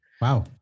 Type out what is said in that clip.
Wow